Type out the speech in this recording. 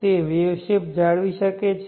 તે wave shape જાળવી શકે છે